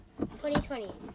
2020